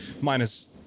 Minus